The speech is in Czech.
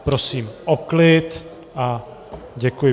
Prosím o klid a děkuji.